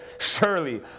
Surely